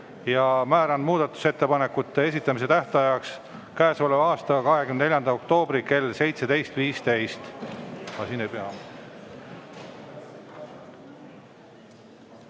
Määran muudatusettepanekute esitamise tähtajaks käesoleva aasta 24. oktoobri kell 17.15.Täna,